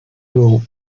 will